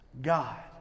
God